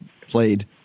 played